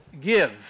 give